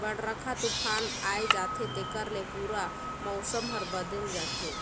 बड़रखा तुफान आये जाथे तेखर ले पूरा मउसम हर बदेल जाथे